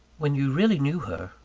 when you really knew her,